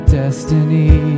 destiny